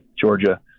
Georgia